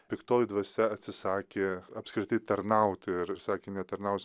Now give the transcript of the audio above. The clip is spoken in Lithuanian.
piktoji dvasia atsisakė apskritai tarnauti ir sakė netarnaus